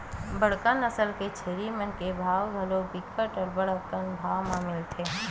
बड़का नसल के छेरी मन के भाव घलोक बिकट अब्बड़ अकन भाव म मिलथे